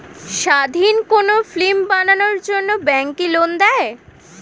স্বাধীন কোনো ফিল্ম বানানোর জন্য ব্যাঙ্ক কি লোন দেয়?